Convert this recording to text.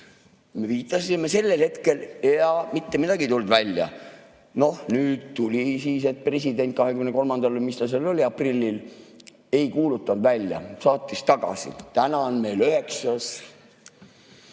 me viivitasime sellel hetkel ja mitte midagi ei tulnud välja. No nüüd tuli siis, et president 23-ndal või mis ta seal oli, aprillil, ei kuulutanud välja, saatis tagasi. Täna on meil 9.